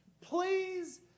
Please